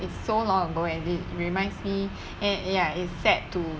it's so long ago and it reminds me and ya is set to